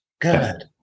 Good